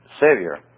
Savior